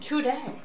Today